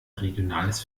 regionales